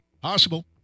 Possible